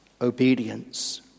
obedience